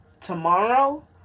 tomorrow